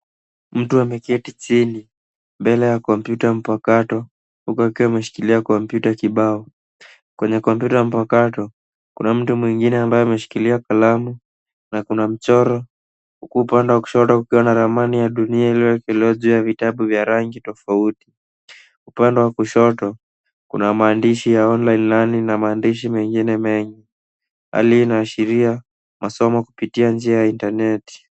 Mtu ameketi chini mbele ya kompyuta mpakato huku ameshikilia kompyuta kibao. Kwenye kompyuta mpakato kuna mtu mwingine ambaye ameshikilia kalamu na kuna mchoro huku upande wa kulia ukiwa na ramani ya dunia iliyoekelewa juu ya vitabu vya rangi tofauti tofauti. Upande wa kushoto kuna maandishi ya online learning na kuna aliyeashiria masomo kupitia njia ya intaneti.